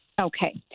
Okay